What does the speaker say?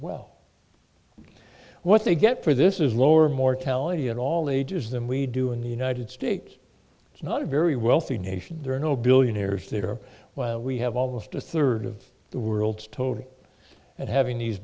well what they get for this is lower mortality at all ages than we do in the united states it's not a very wealthy nation there are no billionaires there we have almost a third of the world's total and having these